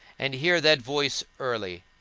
and hear that voice early,